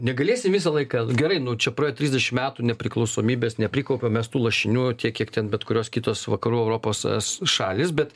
negalėsim visą laiką gerai nu čia praėjo trisdešimt metų nepriklausomybės neprikaupiam mes tų lašinių tiek kiek ten bet kurios kitos vakarų europos es šalys bet